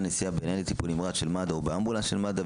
נסיעה בניידת טיפול נמרץ של מד"א או באמבולנס של מד"א,